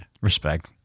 Respect